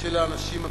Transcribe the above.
של האנשים הפשוטים.